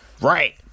Right